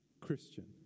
Christian